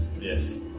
Yes